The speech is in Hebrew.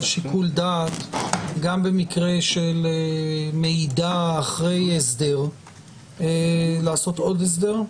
שיקול דעת גם במקרה של מעידה אחרי הסדר לעשות עוד הסדר?